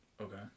Okay